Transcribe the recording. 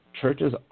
churches